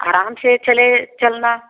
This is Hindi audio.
आराम से चले चलना